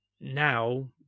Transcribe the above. now